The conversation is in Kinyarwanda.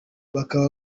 bakaba